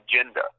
agenda